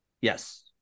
Yes